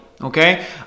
Okay